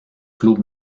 club